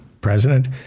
president